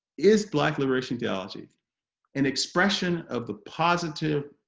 is black liberation theology an expression of the positive,